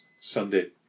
Sunday